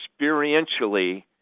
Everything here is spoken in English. experientially